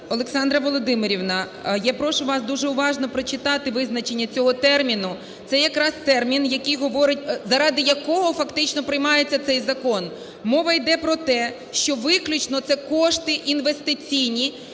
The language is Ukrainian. Олександра Володимирівна, я прошу вас дуже уважно прочитати визначення цього терміну. Це якраз термін, який говорить, заради якого фактично приймається цей закон. Мова йде про те, що виключно це кошти інвестиційні,